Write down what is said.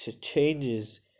changes